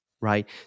right